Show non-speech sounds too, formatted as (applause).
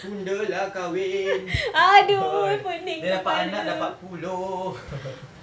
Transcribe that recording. tunda lah kahwin [ho] then dapat anak dah empat puluh (laughs)